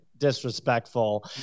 disrespectful